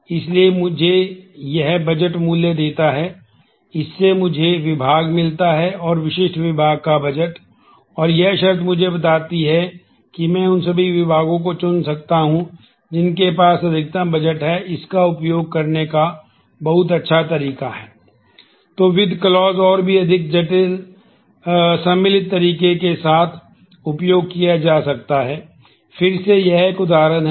इसलिए यह मुझे बजट मूल्य देता है इससे मुझे विभाग मिलता है और विशिष्ट विभाग का बजट और यह शर्त मुझे बताती है कि मैं उन सभी विभागों को चुन सकता हूं जिनके पास अधिकतम बजट है इसका उपयोग करने का बहुत अच्छा तरीका है